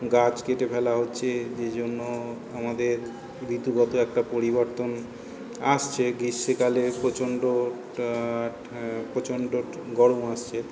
গাছ কেটে ফেলা হচ্ছে যে জন্য আমাদের ঋতুগত একটা পরিবর্তন আসছে গ্রীষ্মকালে প্রচণ্ড একটা ঠা প্রচণ্ড গরম আসছে